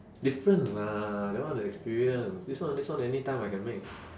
different lah that one the experience this one this one anytime I can make